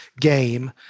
game